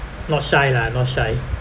not shy lah not shy